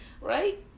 Right